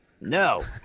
No